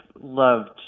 loved